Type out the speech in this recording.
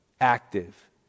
active